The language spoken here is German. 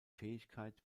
fähigkeit